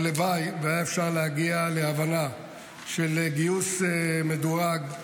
הלוואי והיה אפשר להגיע להבנה של גיוס מדורג.